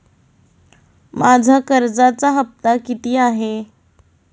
माझा कर्जाचा हफ्ता किती आहे?